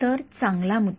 तर चांगला मुद्दा